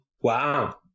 Wow